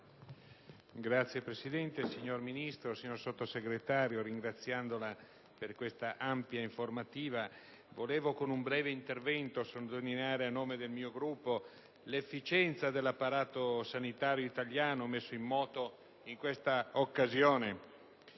Signora Presidente, signor Ministro, signor Sottosegretario, ringraziandovi per questa ampia informativa, desidero sottolineare, con un breve intervento a nome del mio Gruppo, l'efficienza dell'apparato sanitario italiano messo in moto in questa occasione,